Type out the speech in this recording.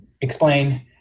explain